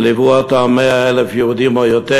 וליוו אותם 100,000 יהודים או יותר,